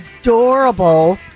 adorable